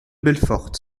belfort